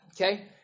Okay